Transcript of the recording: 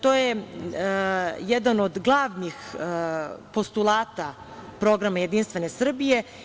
To je jedan od glavnih postulata programa Jedinstvene Srbije.